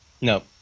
No